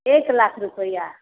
एक लाख रुपैआ